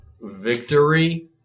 Victory